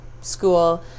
school